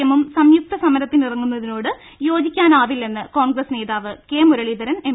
എമ്മും സംയുക്ത സമരത്തിനിറങ്ങുന്നതിനോട് യോജി ക്കാനാവില്ലെന്ന് കോൺഗ്രസ് നേതാവ് കെ മുരളീധരൻ എം